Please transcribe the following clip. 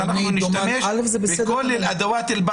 אז אנחנו נשתמש בכל (בערבית)